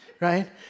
right